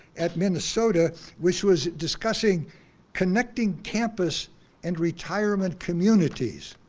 at minnesota which was discussing connecting campus and retirement communities.